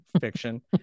fiction